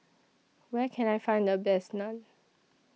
Where Can I Find The Best Naan